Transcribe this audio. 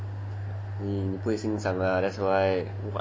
你不会欣赏 lah that's why